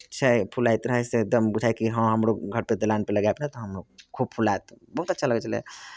छै फुलाइत रहय से एकदम बूझाय कि हँ हमरो घर दलानपर लगायब ने तऽ हमरो खूब फुलायत बहुत अच्छा लगैत छलय